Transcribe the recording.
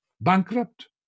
bankrupt